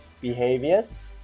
Behaviors